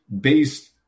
based